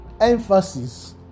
emphasis